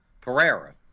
Pereira